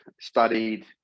studied